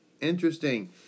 interesting